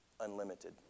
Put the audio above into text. unlimited